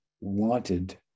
wanted